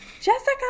Jessica